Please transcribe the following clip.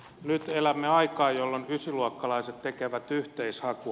nyt elämme aikaa jolloin ysiluokkalaiset tekevät yhteishakua